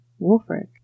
Wolfric